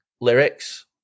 lyrics